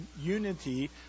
unity